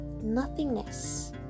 nothingness